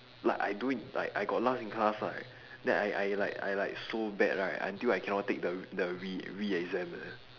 like I doing like I got last in class right then I I like I like so bad right until I cannot take the r~ the re~ re-exam leh